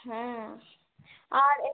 হ্যাঁ আর এ